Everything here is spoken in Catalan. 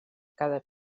cada